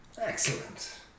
Excellent